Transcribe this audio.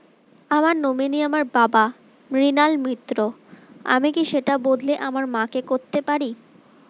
আমার নমিনি আমার বাবা, মৃণাল মিত্র, আমি কি সেটা বদলে আমার মা কে করতে পারি?